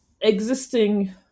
existing